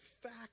fact